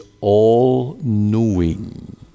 all-knowing